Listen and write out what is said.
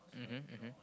mmhmm mmhmm